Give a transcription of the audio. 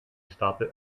stapel